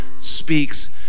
speaks